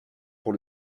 pour